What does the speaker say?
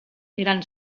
eren